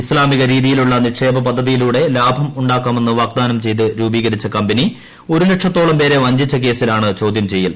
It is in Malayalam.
ഇസ്ലാമിക രീതിയിലുള്ള നിക്ഷേപ പദ്ധതിയിലൂടെ ലാഭം ഉണ്ടാക്കാമെന്ന് വാഗ്ദാനം ചെയ്ത് രൂപീകരിച്ചു കമ്പനി ഒരു ലക്ഷത്തോളം പേരെ വഞ്ചിച്ച കേസിലാണ് ചോദ്യം ചെയ്യൽ